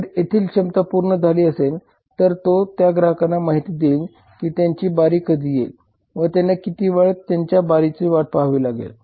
जर तेथील क्षमता पूर्ण झाली असेल तर तो त्या ग्राहकांना माहिती देईल की त्यांची बारी कधी येईल व त्यांना किती वेळ त्यांच्या बारीची वाट पहावी लागले